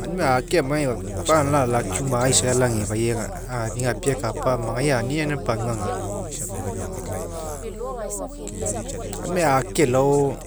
Auninai ake aniai pau agao alakiu ma; isai alegefai agafi'i gapiai alea anigai ani'i lai pagua agalao. Aunimai ake amai alao